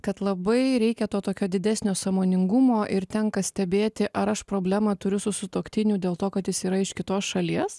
kad labai reikia to tokio didesnio sąmoningumo ir tenka stebėti ar aš problemą turiu su sutuoktiniu dėl to kad jis yra iš kitos šalies